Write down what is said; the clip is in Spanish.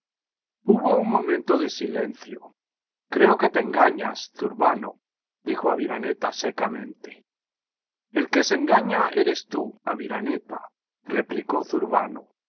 hubo iin momenlo de silencio creo que te engañas zurbano dijo aviraneta secamente el que se engaña eres tú aviraneta replicó zurbano